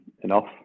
enough